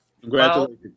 Congratulations